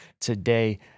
today